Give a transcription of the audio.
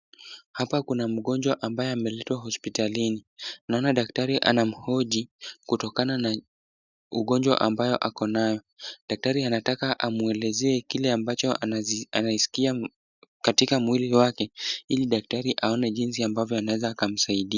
Hapa kuna mgonjwa ambaye ameletwa hospitalini, naona daktari anamhoji kutokana na ugonjwa ambayo ako nayo, daktari anataka amuelezee kile ambacho anasikia katika mwili wake ili daktari aone jinsi ambavyo anaweza akamsaidia.